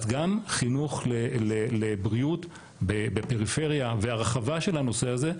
אז גם חינוך לבריאות בפריפריה והרחבה של הנושא הזה,